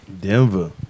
Denver